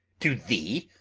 to thee?